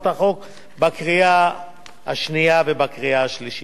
החוק בקריאה השנייה ובקריאה השלישית.